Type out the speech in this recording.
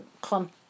clump